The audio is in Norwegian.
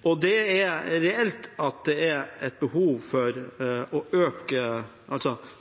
Kompetanseflukten er der uansett hva vi gjør, men vi synes i hvert fall ikke at det